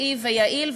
מקצועי ויעיל,